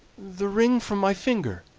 the ring from my finger,